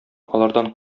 алардан